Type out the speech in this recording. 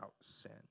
sin